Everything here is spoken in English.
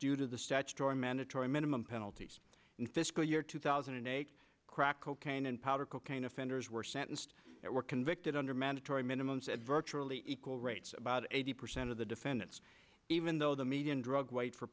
due to the statutory mandatory minimum penalties in fiscal year two thousand and eight crack cocaine and powder cocaine offenders were sentenced were convicted under mandatory minimums at virtually equal rates about eighty percent of the defendants even though the median drug white for